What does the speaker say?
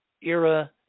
era